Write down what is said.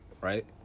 right